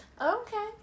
Okay